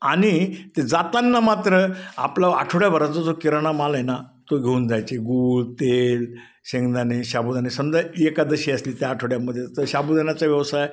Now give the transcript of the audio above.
आणि ते जाताना मात्र आपला आठवड्याभराचा जो किराणा माल आहे ना तो घेऊन जायचे गुळ तेल शेंगदाणे साबुदाणा समजा एकादशी असली त्या आठवड्यामध्ये तर साबुदाणाचा व्यवसाय